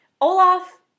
Olaf